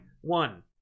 one